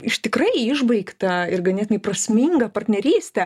iš tikrai išbaigtą ir ganėtinai prasmingą partnerystę